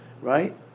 right